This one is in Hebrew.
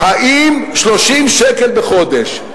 האם 30 ש"ח בחודש,